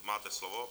Máte slovo.